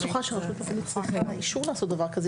אני לא בטוחה שהיא צריכה אישור לעשות דבר כזה,